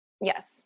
Yes